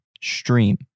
stream